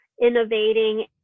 innovating